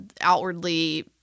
outwardly